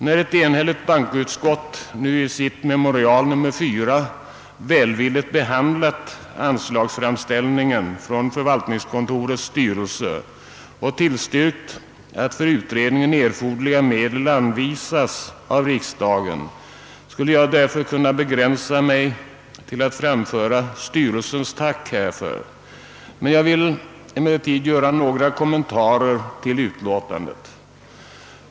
När ett enhälligt bankoutskott nu i sitt memorial nr 4 välvilligt behandlat anslagsframställningen — från = förvaltningskontorets styrelse och tillstyrkt, att för utredningen erforderliga medel anvisas av riksdagen, skulle jag kunna begränsa mig till att framföra styrelsens tack härför. Jag vill emellertid göra några kommentarer till memorialet.